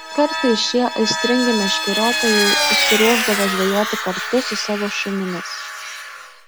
kartais šie aistringi meškeriotojai išsiruošdavo žvejoti kartu su savo šunimis